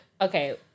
okay